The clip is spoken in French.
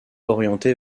orientée